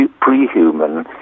pre-human